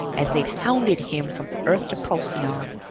as they'd hounded him from earth to procyon.